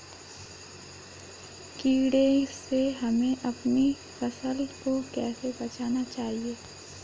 कीड़े से हमें अपनी फसल को कैसे बचाना चाहिए?